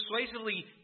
persuasively